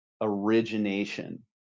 origination